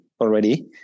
already